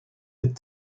dit